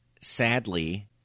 Sadly